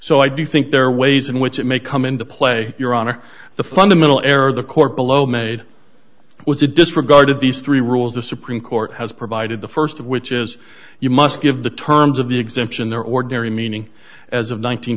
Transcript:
so i do think there are ways in which it may come into play your honor the fundamental error the court below made was a disregard of these three rules the supreme court has provided the st of which is you must give the terms of the exemption their ordinary meaning as of